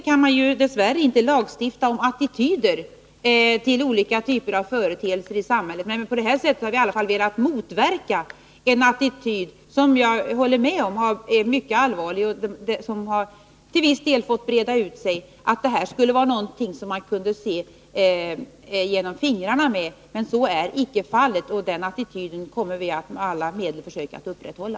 Man kan dess värre inte lagstifta om attityder till olika typer av företeelser i samhället, men vi har i alla fall på detta sätt velat motverka en attityd som till viss del har fått breda ut sig och som, det håller jag med om, är mycket allvarlig, nämligen att det här är något som man skulle kunna se genom fingrarna med. Så är icke fallet, och den inställningen kommer vi med alla medel att försöka upprätthålla.